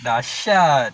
dahsyat